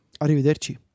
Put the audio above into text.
Arrivederci